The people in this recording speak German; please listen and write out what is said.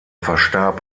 verstarb